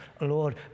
Lord